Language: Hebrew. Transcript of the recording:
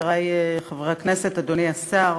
חברי חברי הכנסת, אדוני השר,